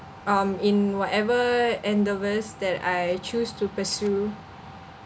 um in whatever endeavors that I choose to pursue